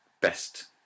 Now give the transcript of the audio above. best